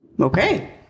Okay